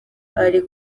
ari